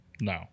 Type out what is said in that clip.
No